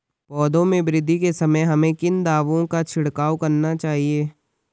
पौधों में वृद्धि के समय हमें किन दावों का छिड़काव करना चाहिए?